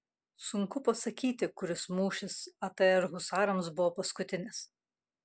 sunku pasakyti kuris mūšis atr husarams buvo paskutinis